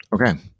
Okay